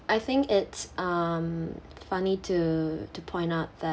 I think it's um funny to to point out that